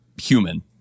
human